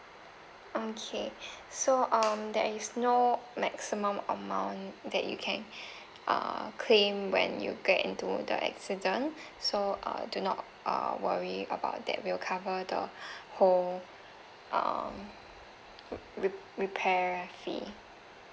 okay so um there is no maximum amount that you can uh claim when you get into the accident so uh do not uh worry about that will cover the whole um re~ repair fee